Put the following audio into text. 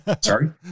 sorry